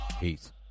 peace